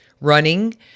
running